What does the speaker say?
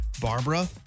Barbara